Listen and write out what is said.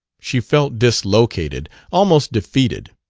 she felt dislocated, almost defeated.